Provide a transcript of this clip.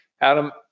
Adam